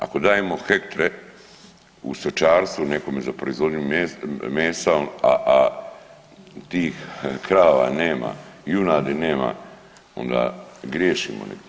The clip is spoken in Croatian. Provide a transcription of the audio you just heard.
Ako dajemo hektre u stočarstvu nekome za proizvodnju mesa, a tih krava nema, junadi nema onda griješimo negdje.